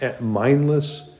mindless